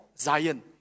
Zion